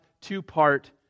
two-part